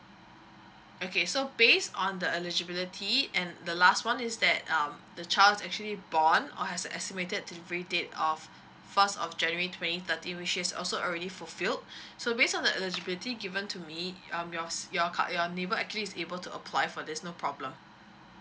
okay so based on the eligibility and the last one is that um the child is actually born or has the estimated delivery date of first of january twenty thirty which she has also already fulfilled so based on the eligibility given to me um yours your card your neighbour actually is able to apply for this no problem